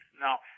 Now